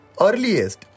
Earliest